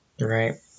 right